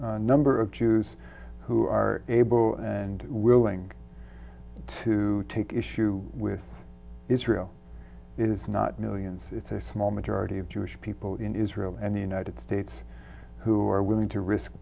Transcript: number of jews who are able and willing to take issue with israel is not millions it's a small majority of jewish people in israel and the united states who are willing to risk